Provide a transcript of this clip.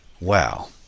Wow